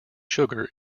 sugar